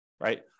right